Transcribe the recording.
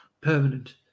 permanent